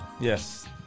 Yes